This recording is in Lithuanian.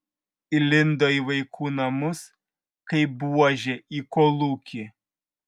įlindo į vaikų namus kaip buožė į kolūkį